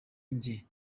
njye